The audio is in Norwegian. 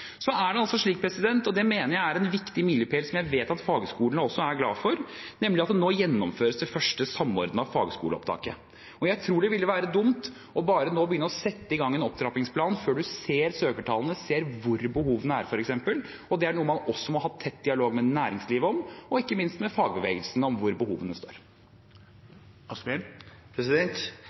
Så er det altså slik – og det mener jeg er en viktig milepæl som jeg vet at fagskolene også er glad for – at nå gjennomføres det første samordnede fagskoleopptaket. Jeg tror det ville være dumt nå bare å sette i gang en opptrappingsplan før man f.eks. ser søkertallene, ser hvor behovene er, og det er noe man også må ha tett dialog med næringslivet og ikke minst med fagbevegelsen om: hvor behovene